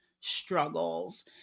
struggles